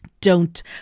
Don't